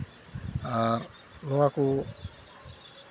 ᱟᱨ ᱱᱚᱣᱟ ᱠᱚ